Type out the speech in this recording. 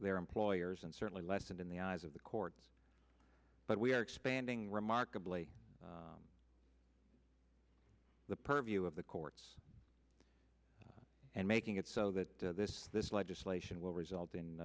their employers and certainly lessened in the eyes of the courts but we are expanding remarkably the purview of the courts and making it so that this this legislation will result in